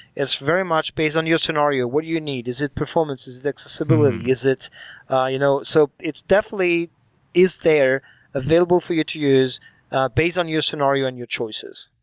it's very much based on your scenario. what do you need? is it performance? is it accessibility? is it ah you know so it's definitely is there available for you to use ah based on your scenario and your choices.